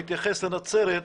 בהתייחס לנצרת,